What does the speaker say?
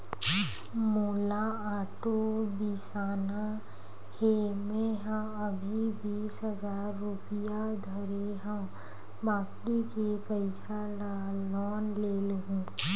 मोला आटो बिसाना हे, मेंहा अभी बीस हजार रूपिया धरे हव बाकी के पइसा ल लोन ले लेहूँ